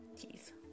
teeth